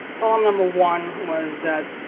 problem number one was that